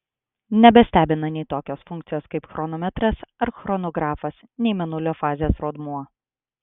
nebestebina nei tokios funkcijos kaip chronometras ar chronografas nei mėnulio fazės rodmuo